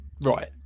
right